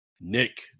Nick